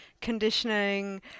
conditioning